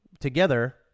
together